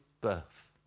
birth